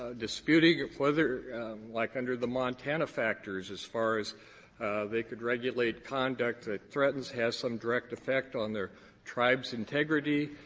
ah disputing whether like under the montana factors, as far as they could regulate conduct that threatens, has some direct effect on their tribe's integrity,